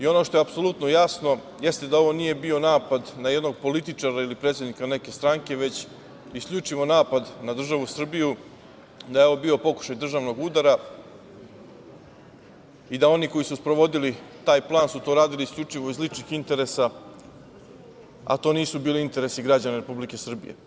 Ono što je apsolutno jasno jeste da ovo nije bio napad na jednog političara ili predsednika neke stranke, već isključivo napad na državu Srbiju, da je ovo bio pokušaj državnog udara i da oni koji su sprovodili taj plan su to radili isključivo iz ličnih interesa, a to nisu bili interesi građana Republike Srbije.